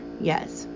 Yes